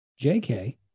JK